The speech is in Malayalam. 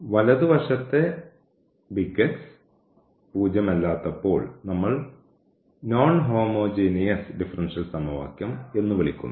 വലതുവശത്തെ 0 അല്ലാത്തപ്പോൾ നമ്മൾ നോൺ ഹോമോജീനിയസ് ഡിഫറൻഷ്യൽ സമവാക്യം എന്ന് വിളിക്കുന്നു